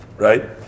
Right